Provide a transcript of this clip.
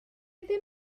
ddim